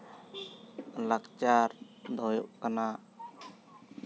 ᱞᱟᱠᱪᱟᱨ ᱫᱚ ᱦᱳᱭᱳᱜ ᱠᱟᱱᱟ